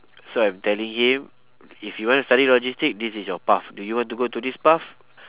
so I'm telling him if you want to study logistic this is your path do you want to go to this path